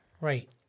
right